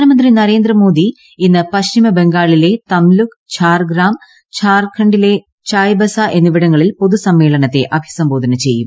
പ്രധാനമന്ത്രി നരേന്ദ്രമോദി ഇന്ന് പശ്ചിമബംഗാളിലെ തുട്ലുക് ഝാർഗ്രാം ഝാർഖണ്ഡിലെ ചയ്ബസാ എന്നിവിടങ്ങളിൽ പൊതുസമ്മേളനത്തെ അഭിസംബോധന ചെയ്യും